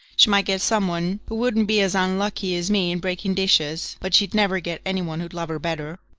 she might get someone who wouldn't be as unlucky as me in breaking dishes but she'd never get anyone who'd love her better.